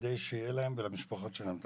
כדי שיהיה להם ולמשפחות שלהם תעסוקה.